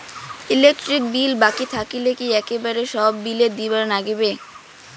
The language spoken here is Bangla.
ইলেকট্রিক বিল বাকি থাকিলে কি একেবারে সব বিলে দিবার নাগিবে?